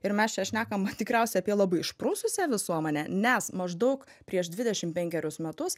ir mes čia šnekam tikriausiai apie labai išprususią visuomenę nes maždaug prieš dvidešim penkerius metus